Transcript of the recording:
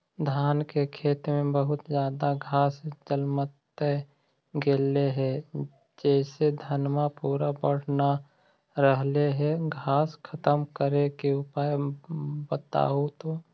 धान के खेत में बहुत ज्यादा घास जलमतइ गेले हे जेसे धनबा पुरा बढ़ न रहले हे घास खत्म करें के उपाय बताहु तो?